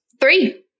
three